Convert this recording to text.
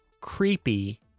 creepy